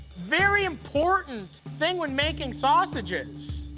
very important thing when making sausages.